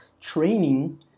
training